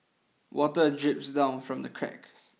water drips down from the cracks